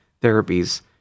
therapies